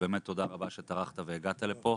תודה רבה שטרחת והגעת לפה.